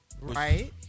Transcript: Right